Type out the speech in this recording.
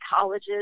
colleges